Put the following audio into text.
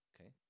Okay